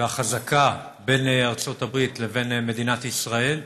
והחזקה בין ארצות הברית לבין מדינת ישראל.